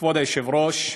כבוד היושב-ראש,